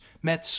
met